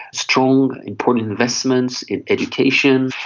strong important investments in education,